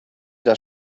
der